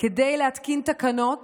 כדי להתקין תקנות